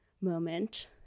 moment